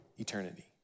eternity